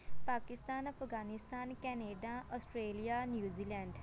Pakistan Afghanistan Canada Australia New Zealand